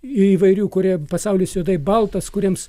įvairių kurie pasaulis juodai baltas kuriems